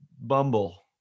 Bumble